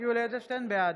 ומנסור עבאס,